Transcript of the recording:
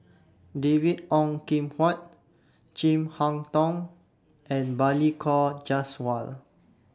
David Ong Kim Huat Chin Harn Tong and Balli Kaur Jaswal